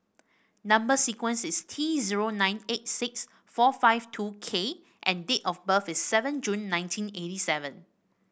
number sequence is T zero nine eight six four five two K and date of birth is seven June nineteen eighty seven